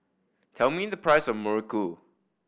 tell me the price of muruku